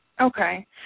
Okay